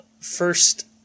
first